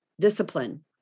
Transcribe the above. discipline